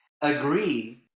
agree